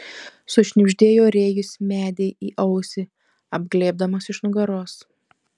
sušnibždėjo rėjus medei į ausį apglėbdamas iš nugaros